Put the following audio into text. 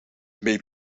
may